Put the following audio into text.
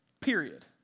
Period